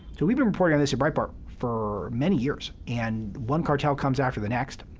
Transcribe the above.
so we've been reporting on this at breitbart for many years. and one cartel comes after the next.